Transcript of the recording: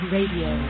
Radio